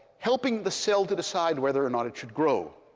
helping the cell to decide whether or not it should grow.